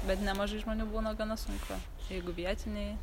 bet nemažai žmonių būna gana sunku jeigu vietiniai